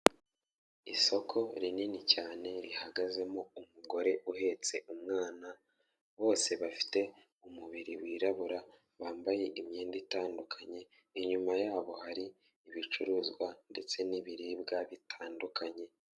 Isoko rinini cyane rihagazemo umugore uhetse umwana bose bafite umubiri wirabura, bambaye imyenda itandukanye, inyuma yabo hari ibicuruzwa ndetse n'ibiribwa bitandukanye.